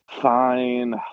Fine